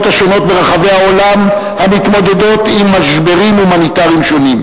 השונות ברחבי העולם המתמודדות עם משברים הומניטריים שונים.